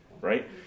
Right